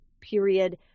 period